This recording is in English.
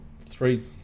three